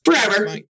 forever